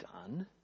done